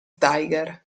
tiger